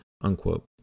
Unquote